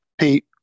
Pete